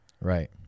Right